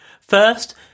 First